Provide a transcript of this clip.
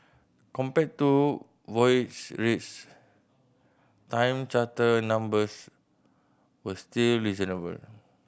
compared to voyage rates time charter numbers were still reasonable